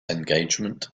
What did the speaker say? engagement